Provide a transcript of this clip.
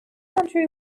country